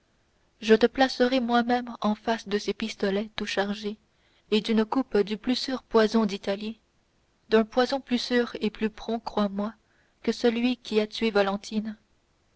je te placerai moi-même en face de ces pistolets tout chargés et d'une coupe du plus sûr poison d'italie d'un poison plus sûr et plus prompt crois-moi que celui qui a tué valentine